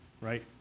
right